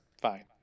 Fine